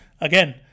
again